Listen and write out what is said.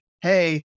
hey